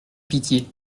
pitié